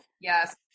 Yes